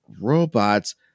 robots